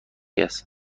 است